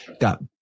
got